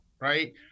right